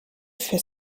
für